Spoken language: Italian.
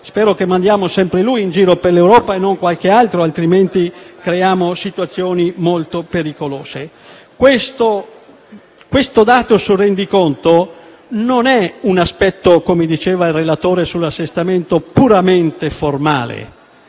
Spero che manderemo sempre lui in giro per l'Europa e non qualcun altro, altrimenti rischiamo di creare situazioni molto pericolose. Questo dato sul rendiconto non è un aspetto - come diceva il relatore sull'assestamento - puramente formale;